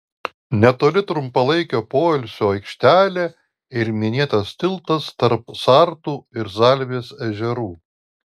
netoli trumpalaikio poilsio aikštelė ir minėtas tiltas tarp sartų ir zalvės ežerų